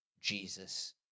Jesus